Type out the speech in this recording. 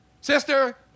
sister